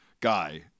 guy